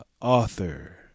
Author